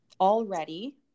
already